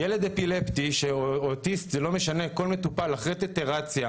ילד אפילפטי או ילד אוטיסט זה לא משנה כל מטופל אחרי טיטרציה,